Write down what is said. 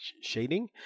shading